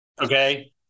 okay